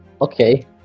okay